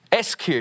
SQ